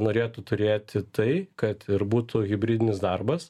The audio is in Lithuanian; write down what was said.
norėtų turėti tai kad ir būtų hibridinis darbas